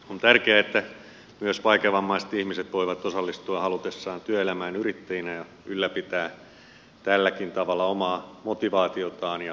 on tärkeää että myös vaikeavammaiset ihmiset voivat osallistua halutessaan työelämään yrittäjinä ja ylläpitää tälläkin tavalla omaa motivaatiotaan ja mielenterveyttään